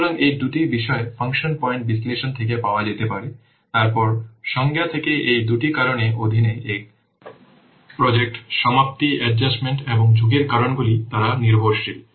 সুতরাং এই দুটি বিষয় ফাংশন পয়েন্ট বিশ্লেষণ থেকে পাওয়া যেতে পারে তারপর সংজ্ঞা থেকে এই দুটি কারণের অধীনে এবং প্রজেক্ট সমাপ্তি অ্যাডজাস্টমেন্ট এবং ঝুঁকির কারণগুলি তারা নির্ভরশীল